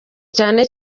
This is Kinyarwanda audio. cyane